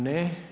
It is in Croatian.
Ne.